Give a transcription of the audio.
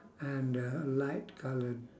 and a light coloured